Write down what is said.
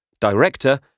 Director